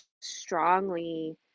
strongly